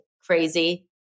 crazy